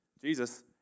Jesus